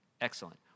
Excellent